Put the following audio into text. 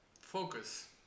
focus